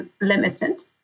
limited